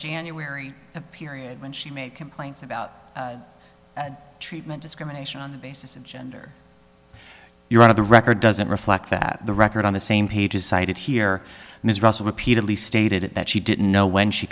january a period when she made complaints about treatment discrimination on the basis of gender you're out of the record doesn't reflect that the record on the same page is cited here ms russell repeatedly stated that she didn't know when she